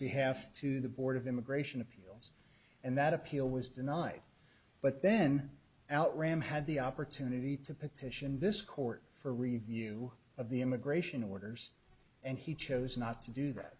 behalf to the board of immigration appeals and that appeal was denied but then outram had the opportunity to petition this court for review of the immigration orders and he chose not to do that